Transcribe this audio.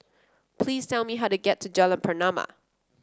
please tell me how to get to Jalan Pernama